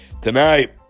Tonight